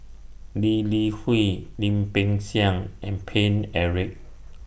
Lee Li Hui Lim Peng Siang and Paine Eric